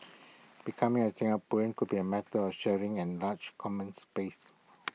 becoming A Singaporean could be A matter of sharing an large common space